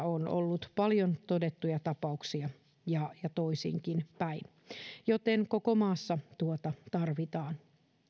on ollut paljon todettuja tapauksia ja ja toisinkin päin joten koko maassa tuota tarvitaan